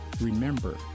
remember